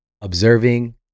observing